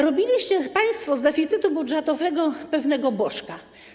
Robiliście państwo z deficytu budżetowego pewnego bożka.